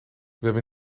hebben